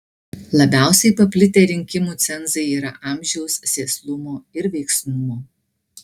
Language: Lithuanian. labiausiai paplitę rinkimų cenzai yra amžiaus sėslumo ir veiksnumo